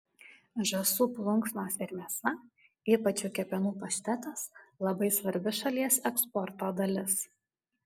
žąsų plunksnos ir mėsa ypač jų kepenų paštetas labai svarbi šalies eksporto dalis